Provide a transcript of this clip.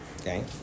Okay